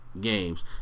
games